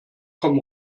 komm